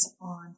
on